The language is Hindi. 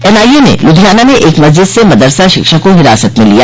एनआईए ने लुधियाना में एक मस्जिद से मदरसा शिक्षक को हिरासत में लिया